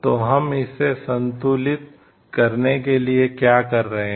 तो हम इसे संतुलित करने के लिए क्या कर रहे हैं